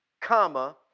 comma